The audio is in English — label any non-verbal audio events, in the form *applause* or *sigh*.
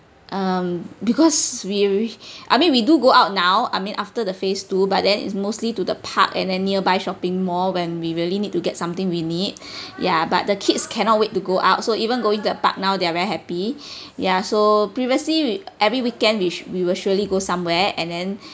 um because we we *breath* I mean we do go out now I mean after the phase two but then it's mostly to the park and then nearby shopping mall when we really need to get something we need *breath* ya but the kids cannot wait to go out so even going to the park now they're very happy *breath* ya so previously we every weekend we sure we will surely go somewhere and then *breath*